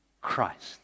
Christ